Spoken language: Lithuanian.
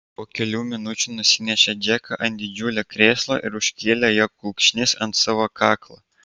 po kelių minučių nusinešė džeką ant didžiulio krėslo ir užkėlė jo kulkšnis ant savo kaklo